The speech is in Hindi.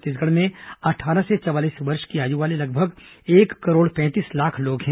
छत्तीसगढ़ में अट्ठारह से चवालीस वर्ष की आयु वाले लगभग एक करोड़ पैंतीस लाख लोग हैं